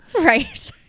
Right